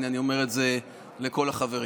הינה, אני אומר את זה לכל החברים.